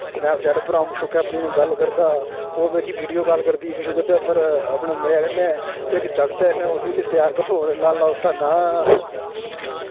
Snapchat उप्पर अ'ऊं मशूका अपनियै नै गल्ल करदा ओह् मिगी वीडियो कॉल करदी ओह्दे उप्पर अपने मजे कन्नै इक जागत ऐ इ'त्थें उस बी लैते दा फोन लाला उस दा नांऽ